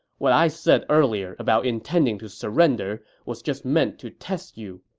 what i said earlier about intending to surrender was just meant to test you.